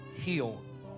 healed